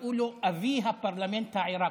קראו לו אבי הפרלמנט העיראקי.